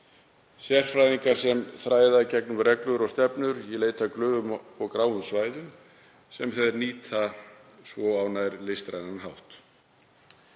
sérfræðinga sem þræða í gegnum reglur og stefnur í leit að glufum og gráum svæðum sem þeir nýta svo á nær listrænan hátt.